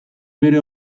bere